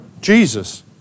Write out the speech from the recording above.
Jesus